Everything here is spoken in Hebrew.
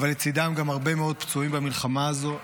אבל לצידם גם הרבה מאוד פצועים במלחמה הזו.